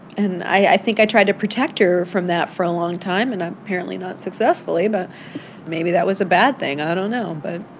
and i think i tried to protect her from that for a long time and, ah apparently, not successfully. but maybe that was a bad thing. i don't know. but.